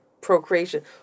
procreation